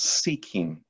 seeking